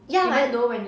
ya